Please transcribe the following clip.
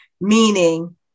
Meaning